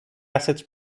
acids